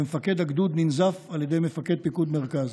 ומפקד הגדוד ננזף על ידי מפקד פיקוד מרכז.